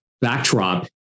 backdrop